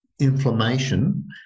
inflammation